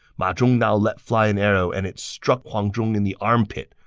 ma zhong now let fly an arrow, and it struck huang zhong in the armpit,